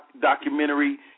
documentary